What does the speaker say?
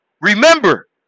Remember